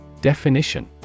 Definition